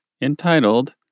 entitled